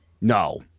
No